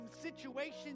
situations